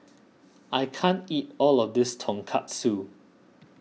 I can't eat all of this Tonkatsu